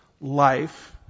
life